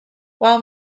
while